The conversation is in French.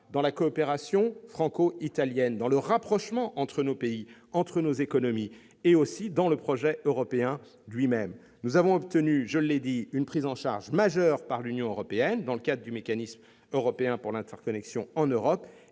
dans la coopération franco-italienne, dans le rapprochement entre nos pays et nos économies, et dans le projet européen lui-même. Nous avons obtenu, je le redis, une prise en charge majeure par l'Union européenne, dans le cadre du Mécanisme pour l'interconnexion en Europe,